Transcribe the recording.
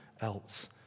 else